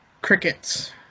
crickets